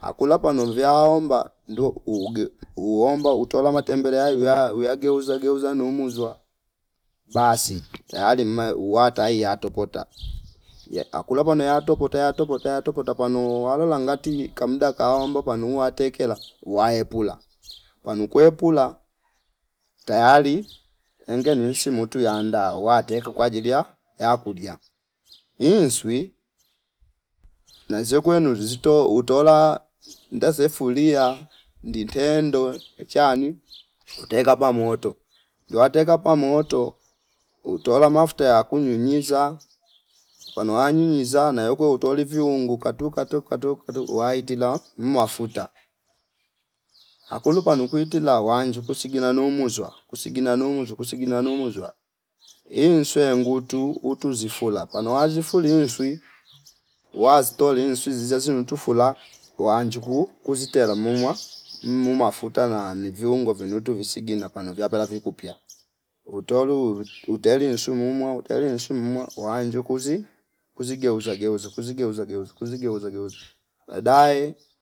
akula pano mvya omba ndo uge uomba utola matembele ayu uya- uyageuza geuza numuzwa basi tayari mma uwataiya atopota ye akula pano yatopota yatopota yatopota pano walo langati ka mdaa kaomba panu uwatekela uwaepula panu kwepula tayari enge ninsi mutu yanda wate kwa ajili ya yakulia inswi nanzwe kwenu zilito utola nde sefulia ndi ntendo chami teka hapa moto nduteeka hapa mooto utola mafuta ya kunyunyiza panu wanyunyiza na yauku utoli viungu ukatu kato- kato- katok uwaitila mmafuta akulu panu kwitila wanju kusigina nuumuzwa kusigina nuumuzwa kusigina nuumuzwa inswe yengutu utu zifula pano wa zifuli inswi wastoli inswi zize zimtufula wanju kuu kuzitela mumwa mmumafuta na viungo vinutu visigina pano vyapela vikupya utolu uteli insumwumo uteli insumwa wanju kuzi kuzigeuza kuzigeuza kuzigeuza baadae